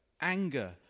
anger